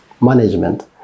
management